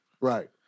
Right